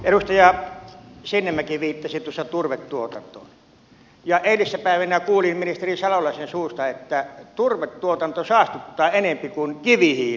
edustaja sinnemäki viittasi turvetuotantoon ja eilissäpäivänä kuulin ministeri salolaisen suusta että turvetuotanto saastuttaa enempi kuin kivihiili